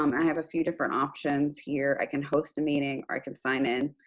um i have a few different options here, i can host a meeting or i can sign in.